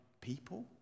people